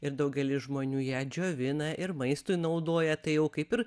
ir daugelis žmonių ją džiovina ir maistui naudoja tai jau kaip ir